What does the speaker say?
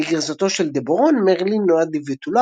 בגרסתו של דה בורון מרלין נולד לבתולה